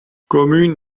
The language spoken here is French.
commune